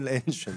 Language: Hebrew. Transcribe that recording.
אין שינה,